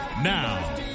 Now